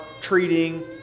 treating